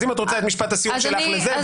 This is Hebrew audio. אז אם את רוצה להקדיש את משפט הסיום שלך לזה,